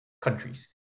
countries